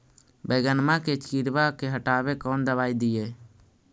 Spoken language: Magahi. बैगनमा के किड़बा के हटाबे कौन दवाई दीए?